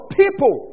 people